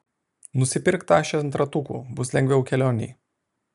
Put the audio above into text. nusipirk tašę ant ratukų bus lengviau kelionėj